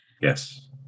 Yes